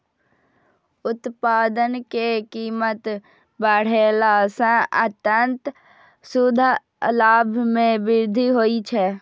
उत्पाद के कीमत बढ़ेला सं अंततः शुद्ध लाभ मे वृद्धि होइ छै